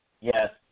Yes